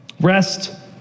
Rest